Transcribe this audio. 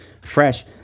fresh